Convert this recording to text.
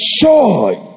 joy